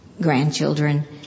grandchildren